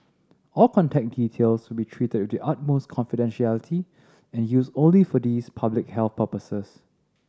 all contact details will be treated with the utmost confidentiality and used only for these public health purposes